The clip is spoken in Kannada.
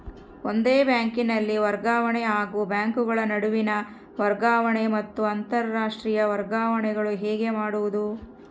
ಒಂದೇ ಬ್ಯಾಂಕಿನಲ್ಲಿ ವರ್ಗಾವಣೆ ಹಾಗೂ ಬ್ಯಾಂಕುಗಳ ನಡುವಿನ ವರ್ಗಾವಣೆ ಮತ್ತು ಅಂತರಾಷ್ಟೇಯ ವರ್ಗಾವಣೆಗಳು ಹೇಗೆ ಮಾಡುವುದು?